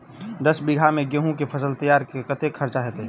दस बीघा मे गेंहूँ केँ फसल तैयार मे कतेक खर्चा हेतइ?